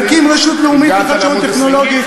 נקים רשות לאומית לחדשנות טכנולוגית,